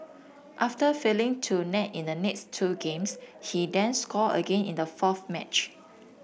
after failing to net in the next two games he then scored again in the fourth match